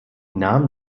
namen